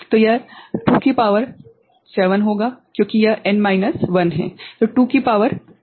तो यह 2 की शक्ति 7 होगा क्योंकि यह n 1 है 2 की शक्ति n 1 है